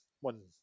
one